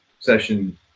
session